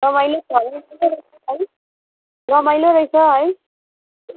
रमाइलो छ है रमाइलो रहेछ है